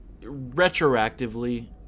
Retroactively